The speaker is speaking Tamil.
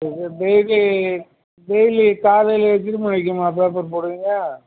டெய்லி டெய்லி காலையில் எத்தினி மணிக்கும்மா பேப்பர் போடுவீங்க